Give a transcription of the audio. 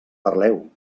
parleu